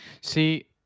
See